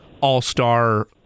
all-star